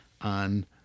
on